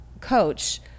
coach